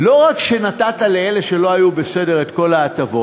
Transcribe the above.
לא רק שנתת לאלה שלא היו בסדר את כל ההטבות,